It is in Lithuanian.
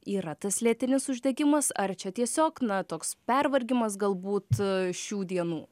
yra tas lėtinis uždegimas ar čia tiesiog na toks pervargimas galbūt šių dienų